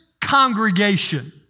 congregation